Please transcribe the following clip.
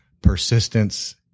persistence